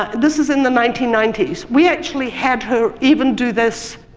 this was in the nineteen ninety s. we actually had her even do this,